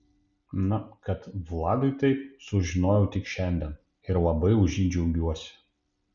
na kad vladui taip sužinojau tik šiandien ir labai už jį džiaugiuosi